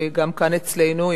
וגם כאן אצלנו,